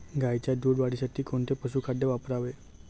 गाईच्या दूध वाढीसाठी कोणते पशुखाद्य वापरावे?